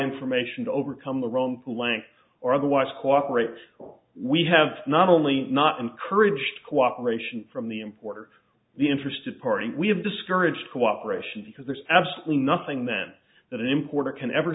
information to overcome the rome lank or otherwise cooperate or we have not only not encouraged cooperation from the importer the interested parties we have discouraged cooperation because there's absolutely nothing then that an importer can ever